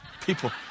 People